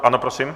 Ano, prosím.